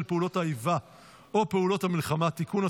פעולות האיבה או פעולות המלחמה) (תיקון),